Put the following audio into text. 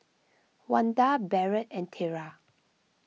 Wanda Barrett and Tera